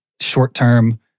short-term